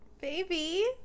Baby